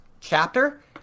chapter